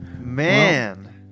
Man